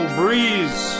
breeze